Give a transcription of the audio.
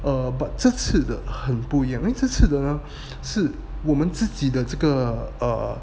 err but 这次的很不一样因为这次的是我们自己的这个 err